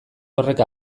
horrek